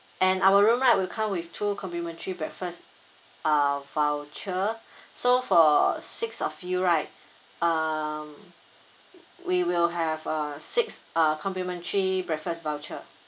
and our room right will come with two complimentary breakfast uh voucher so for six of you right um we will have uh six uh complimentary breakfast voucher